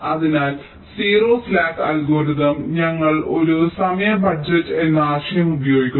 അതിനാൽ 0 slack algorithm ഞങ്ങൾ ഒരു സമയ ബജറ്റ് എന്ന ആശയം ഉപയോഗിക്കുന്നു